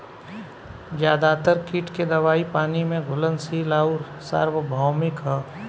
ज्यादातर कीट के दवाई पानी में घुलनशील आउर सार्वभौमिक ह?